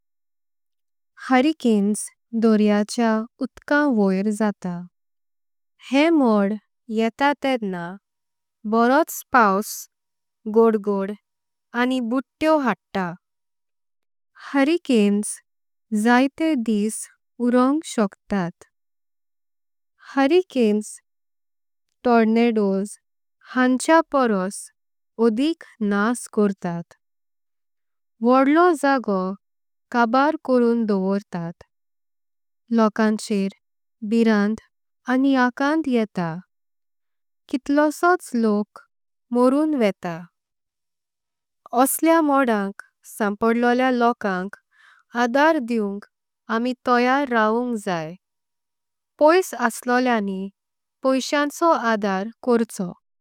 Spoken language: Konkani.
हुरिकेंस दोनडोरयाच्या उडकां वोर जातां। हें मोड येता तेणा बोरौं पाउस घोड़घोड़ आनी। बुध्दो वाटता हुरिकेंस जायते दिस उरोंक शोकतात। हुरिकेंस टॉर्नाडोस हाचेआ पोरोस ओदिक नास। करता भोडलो जागो काबार करून दवोरता। लोकांछेर भीरंत आनी आकांत येता कितलोसोच। लोक मरोऊन वेंता ओसलेआ मोडक सांपोळोलेआ। लोकांक आदार दीउंक आमी तोयर रावंक जाई। पोइस अस्लोलेआनी पोइसाचेओ आदार करचो।